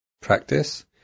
practice